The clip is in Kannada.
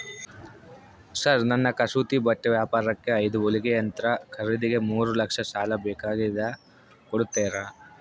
ಸರ್ ನನ್ನ ಕಸೂತಿ ಬಟ್ಟೆ ವ್ಯಾಪಾರಕ್ಕೆ ಐದು ಹೊಲಿಗೆ ಯಂತ್ರ ಖರೇದಿಗೆ ಮೂರು ಲಕ್ಷ ಸಾಲ ಬೇಕಾಗ್ಯದ ಕೊಡುತ್ತೇರಾ?